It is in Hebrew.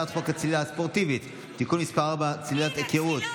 הצעת חוק הצלילה הספורטיבית (תיקון מס' 4) (צלילת היכרות),